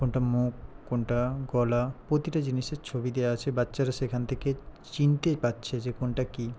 কোনটা মুখ কোনটা গলা প্রতিটা জিনিসের ছবি দেওয়া আছে বাচ্চারা সেইখান থেকে চিনতে পারছে যে কোনটা কী